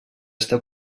està